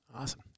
Awesome